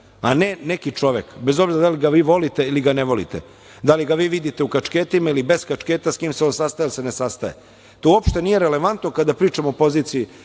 a ne neki čovek, bez obzira da li ga vi volite ili ga ne volite. Da li ga vi vidite u kačketima ili bez kačketa, sa kim se on sastaje ili se ne sastaje, to uopšte nije relevantno kada pričamo o poziciji